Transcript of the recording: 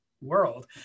world